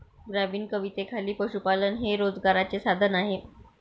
ग्रामीण कवितेखाली पशुपालन हे रोजगाराचे साधन आहे